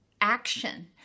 action